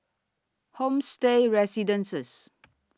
Homestay Residences